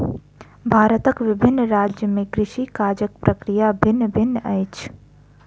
भारतक विभिन्न राज्य में कृषि काजक प्रक्रिया भिन्न भिन्न अछि